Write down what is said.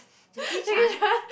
Jackie-Chan